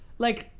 like,